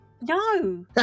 no